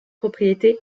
propriétés